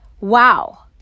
wow